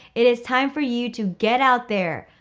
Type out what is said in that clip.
it is time for you to get out there,